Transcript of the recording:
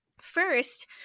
First